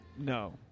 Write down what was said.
No